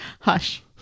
Hush